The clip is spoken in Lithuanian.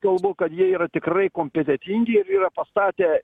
kalbu kad jie yra tikrai kompetentingi ir yra pastatę